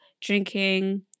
drinking